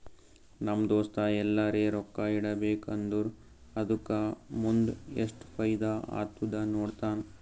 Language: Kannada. ನಮ್ ದೋಸ್ತ ಎಲ್ಲರೆ ರೊಕ್ಕಾ ಇಡಬೇಕ ಅಂದುರ್ ಅದುಕ್ಕ ಮುಂದ್ ಎಸ್ಟ್ ಫೈದಾ ಆತ್ತುದ ನೋಡ್ತಾನ್